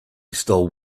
stole